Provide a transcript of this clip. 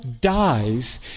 dies